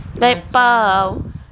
like pau